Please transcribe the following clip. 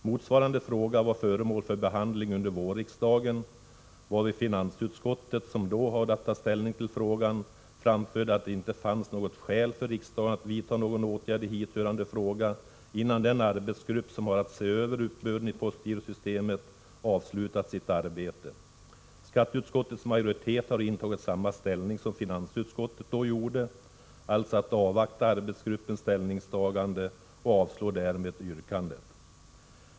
Motsvarande fråga var föremål för behandling under vårriksdagen, varvid finansutskottet, som då hade att ta ställning till frågan, framförde att det inte fanns något skäl för riksdagen att vidta någon åtgärd i hithörande fråga innan den arbetsgrupp som har att se över uppbörden i postgirosystemet avslutat sitt arbete. Skatteutskottets majoritet har intagit samma ståndpunkt som finansutskottet då gjorde, alltså att avvakta arbetsgruppens ställningstagande, och avstyrker därmed yrkandet.